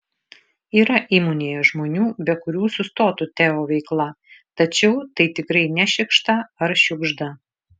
yra įmonėje žmonių be kurių sustotų teo veikla tačiau tai tikrai ne šikšta ar žiugžda